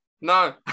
No